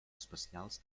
especials